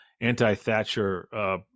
anti-thatcher